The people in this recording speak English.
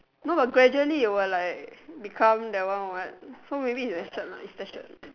no lah gradually it will like become that one what so maybe it's the shirt lah it's the shirt